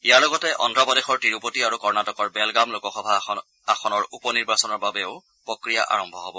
ইয়াৰ লগতে অদ্ধপ্ৰদেশৰ তিৰুপতি আৰু কৰ্ণটিকৰ বেলগাম লোকসভা আসনৰ উপ নিৰ্বাচনৰ বাবেও প্ৰক্ৰিয়া আৰম্ভ হ'ব